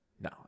no